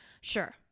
Sure